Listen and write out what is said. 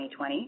2020